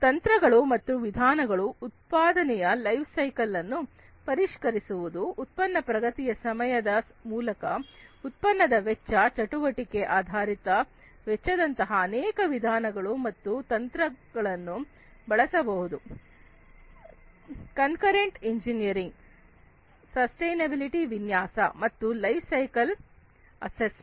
ತಂತ್ರಗಳು ಮತ್ತು ವಿಧಾನಗಳು ಉತ್ಪಾದನೆಯ ಲೈಫ್ ಸೈಕಲ್ಲನ್ನು ಪರಿಷ್ಕರಿಸುವುದು ಉತ್ಪನ್ನ ಪ್ರಗತಿಯ ಸಮಯದ ಮೂಲಕ ಉತ್ಪನ್ನದ ವೆಚ್ಚ ಚಟುವಟಿಕೆ ಆಧಾರಿತ ವೆಚ್ಚದಂತಹ ಅನೇಕ ವಿಧಾನಗಳು ಮತ್ತು ತಂತ್ರಗಳನ್ನು ಬಳಸಬಹುದು ಕಂಕರೆಂಟ್ ಇಂಜಿನಿಯರಿಂಗ್ ಸಸ್ಟೈನೆಬಿಲಿಟಿಗಾಗಿ ವಿನ್ಯಾಸ ಮತ್ತು ಲೈಫ್ ಸೈಕಲ್ ಅಸೆಸ್ಮೆಂಟ್